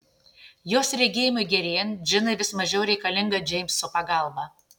jos regėjimui gerėjant džinai vis mažiau reikalinga džeimso pagalba